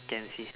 can see